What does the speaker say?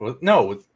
No